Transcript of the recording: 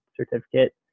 certificate